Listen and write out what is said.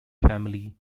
family